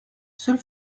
sul